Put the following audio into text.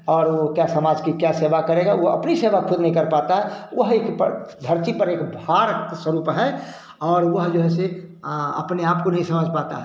और वो क्या समाज की क्या सेवा करेगा वो अपनी सेवा खुद नै कर पाता वह एक पर धरती पर एक भार स्वरुप है और वह जो है से आ अपने आपको नहीं समझ पाता है